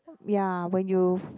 ya when you